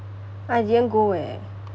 I didn't go eh